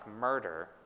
murder